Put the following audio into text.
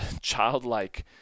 childlike